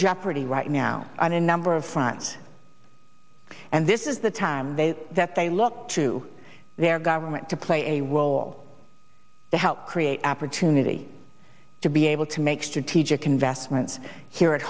jeopardy right now on a number of fronts and this is the time they that they look to their government to play a role to help create opportunity to be able to make strategic investments here at